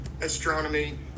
astronomy